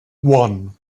one